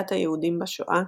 להשמדת היהודים בשואה,